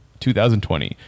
2020